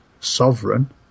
Sovereign